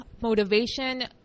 Motivation